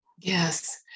Yes